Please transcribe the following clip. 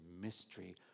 mystery